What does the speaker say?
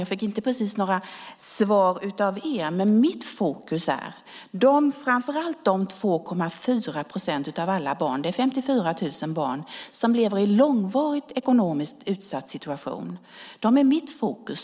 Jag fick inte precis några svar av er. Men mitt fokus är framför allt på de 2,4 procent av alla barn - det är 54 000 barn - som lever i en långvarigt ekonomiskt utsatt situation.